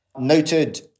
noted